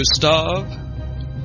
Gustav